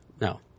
no